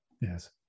Yes